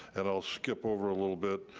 and i'll skip over a little bit,